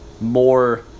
more